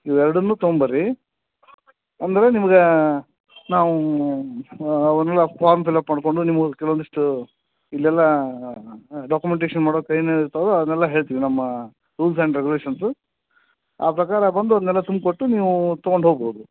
ಇವು ಎರಡನ್ನೂ ತೊಗೊಂಬನ್ರಿ ಅಂದರೆ ನಿಮ್ಗೆ ನಾವು ಅವನ್ನೆಲ್ಲ ಫಾರ್ಮ್ ಫಿಲಪ್ ಮಾಡಿಕೊಂಡು ನಿಮ್ಗೊಂದು ಕೆಲವೊಂದಿಷ್ಟು ಇಲ್ಲೆಲ್ಲ ಡಾಕ್ಯುಮಂಟೇಷನ್ ಮಾಡೋ ಟೈಮ್ ಏನು ಇರ್ತದೋ ಅದನ್ನೆಲ್ಲ ಹೇಳ್ತೀವಿ ನಮ್ಮ ರೂಲ್ಸ್ ಆ್ಯಂಡ್ ರೆಗುಲೇಷನ್ಸು ಆ ಪ್ರಕಾರ ಬಂದು ಅದನ್ನೆಲ್ಲ ತುಂಬಿ ಕೊಟ್ಟು ನೀವು ತಗೊಂಡು ಹೋಗ್ಬೋದು